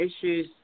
issues